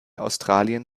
australien